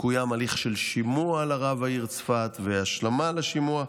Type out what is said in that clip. קוים הליך של שימוע לרב העיר צפת והשלמה לשימוע,